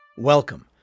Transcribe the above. Welcome